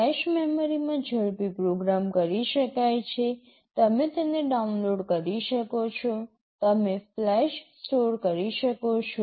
flash મેમરીમાં ઝડપી program કરી શકાય છે તમે તેને ડાઉનલોડ કરી શકો છો તમે ફ્લેશ સ્ટોર કરી શકો છો